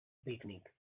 picnic